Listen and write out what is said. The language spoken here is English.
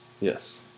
Yes